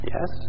Yes